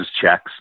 checks